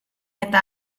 eta